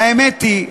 והאמת היא,